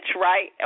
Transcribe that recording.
right